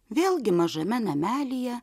vėlgi mažame namelyje